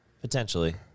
Potentially